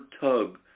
tug